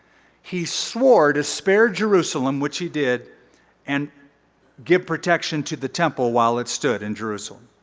he swore to spare jerusalem, which he did and give protection to the temple while it stood in jerusalem.